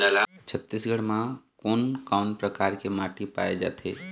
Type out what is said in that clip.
छत्तीसगढ़ म कोन कौन प्रकार के माटी पाए जाथे?